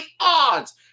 odds